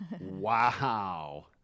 Wow